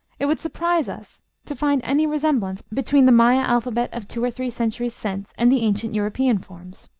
it would surprise us to find any resemblance between the maya alphabet of two or three centuries since and the ancient european forms.